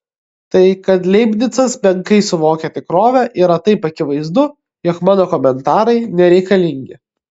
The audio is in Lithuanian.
tai kad leibnicas menkai suvokia tikrovę yra taip akivaizdu jog mano komentarai nereikalingi